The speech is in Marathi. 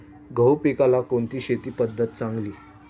गहू पिकाला कोणती शेती पद्धत चांगली?